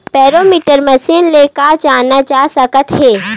Barometer मशीन से का जाना जा सकत हे?